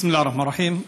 בסם אללה א-רחמאן א-רחים.